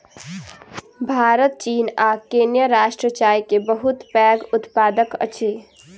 भारत चीन आ केन्या राष्ट्र चाय के बहुत पैघ उत्पादक अछि